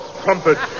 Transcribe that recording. trumpet